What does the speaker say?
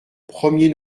premier